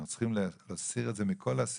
אנחנו צריכים להסיר את זה מכל הסעיפים.